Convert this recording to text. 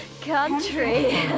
country